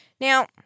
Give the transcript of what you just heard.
Now